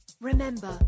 Remember